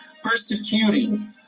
Persecuting